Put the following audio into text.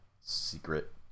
secret